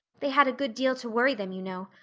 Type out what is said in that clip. they had a good deal to worry them, you know.